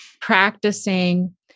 practicing